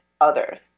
others